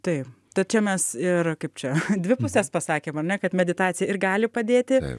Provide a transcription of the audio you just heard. taip tad čia mes ir kaip čia dvi pusės pasakėm ar ne kad meditacija ir gali padėti